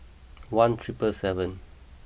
one triple seven